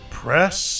press